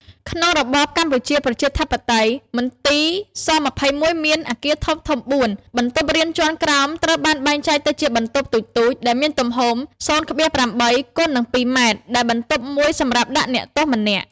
ក្នុងរបបកម្ពុជាប្រជាធិបតេយ្យ មន្ទីរ ស-២១ មានអគារធំៗបួន បន្ទប់រៀនជាន់ក្រោមត្រូវបានបែងចែកទៅជាបន្ទប់តូចៗ ដែលមានទំហំ០,៨គុណនឹង២ម៉ែត្រ ដែលបន្ទប់មួយសម្រាប់ដាក់អ្នកទោសម្នាក់ ។